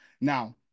Now